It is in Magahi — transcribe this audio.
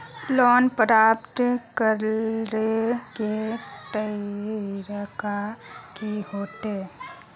लोन प्राप्त करे के तरीका की होते?